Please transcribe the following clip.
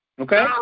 Okay